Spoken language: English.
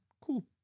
cool